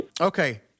Okay